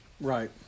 Right